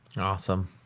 Awesome